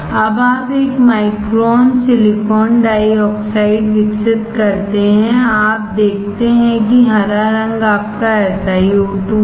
अब आप एक माइक्रोन सिलिकॉन डाइऑक्साइड विकसित करते हैं आप देख सकते हैं कि हरा रंग आपका SiO2 है